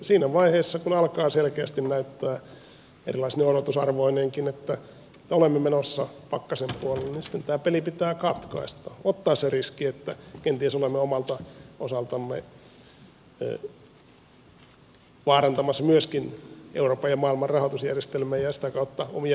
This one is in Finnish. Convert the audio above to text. siinä vaiheessa kun alkaa selkeästi näyttää erilaisine odotusarvoineenkin että olemme menossa pakkasen puolelle niin tämä peli pitää katkaista ottaa se riski että kenties olemme omalta osaltamme vaarantamassa myöskin euroopan ja maailman rahoitusjärjestelmiä ja sitä kautta omia vientimahdollisuuksiammekin